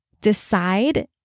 decide